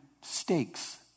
stakes